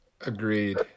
Agreed